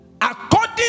According